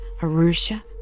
Arusha